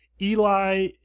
Eli